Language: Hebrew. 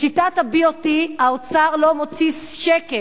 בשיטת ה-BOT האוצר לא מוציא שקל,